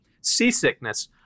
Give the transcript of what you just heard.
seasickness